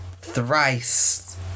Thrice